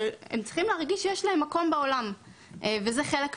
הם צריכים להרגיש שיש להם מקום בעולם וזה חלק מזה,